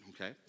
okay